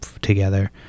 together